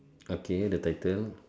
okay the title